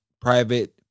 private